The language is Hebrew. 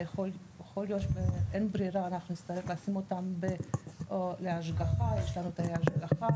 ויכול להיות שאין ברירה ונצטרך לשים אותם בהשגחה יש לנו תאי השגחה,